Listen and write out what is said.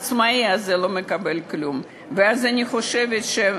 ואנחנו רואים,